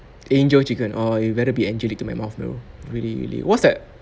angel chicken oh you better be angelic to my mouth bro really really what's that